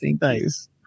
Thanks